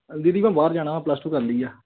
ਦੀਦੀ ਮੈਂ ਬਾਹਰ ਜਾਣਾ ਪਲੱਸ ਟੂ ਕਰ ਲਈ ਆ